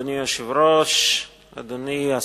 אדוני היושב-ראש, תודה רבה, אדוני השר,